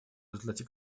результате